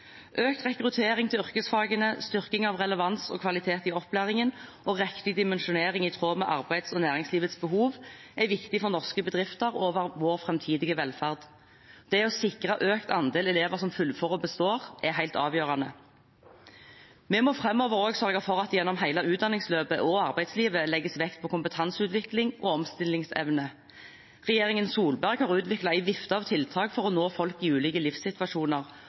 Økt rekruttering til yrkesfagene, styrking av relevans og kvalitet i opplæringen og riktig dimensjonering i tråd med arbeids- og næringslivets behov er viktig for norske bedrifter og vår framtidige velferd. Det å sikre økt andel elever som fullfører og består, er helt avgjørende. Vi må framover også sørge for at det gjennom hele utdanningsløpet og arbeidslivet legges vekt på kompetanseutvikling og omstillingsevne. Regjeringen Solberg har utviklet en vifte av tiltak for å nå folk i ulike livssituasjoner